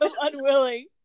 unwilling